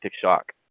shock